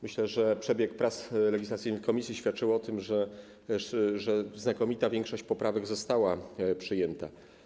Myślę, że przebieg prac legislacyjnych komisji świadczył o tym, że znakomita większość poprawek została przyjęta.